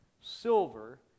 Silver